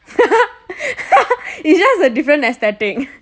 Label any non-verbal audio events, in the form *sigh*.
*laughs* it's just a different aesthetic